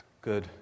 good